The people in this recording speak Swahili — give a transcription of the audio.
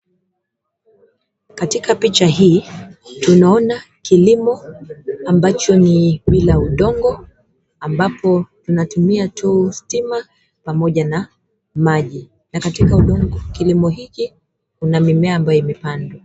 Katika picha hii, tunaona kilimo ambacho ni bila udongo, ambapo tunatumia tu stima pamoja na maji. Na katika udongo kilimo hiki una mimea ambayo imepandwa.